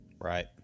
Right